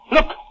Look